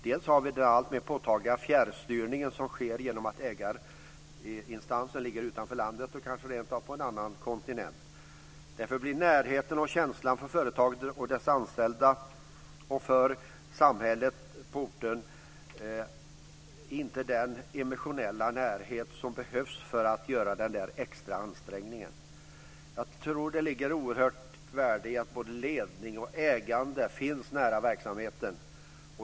Bl.a. finns den alltmer påtagliga fjärrstyrning som sker genom att ägarinstansen ligger utanför landet, kanske rentav på en annan kontinent. Därför blir närheten och känslan för företaget, dess anställda och samhället på orten inte så emotionellt nära som behövs för att göra den extra ansträngningen. Det ligger ett stort värde i att både ledning och ägande finns nära verksamheten.